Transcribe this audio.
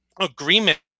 agreement